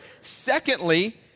Secondly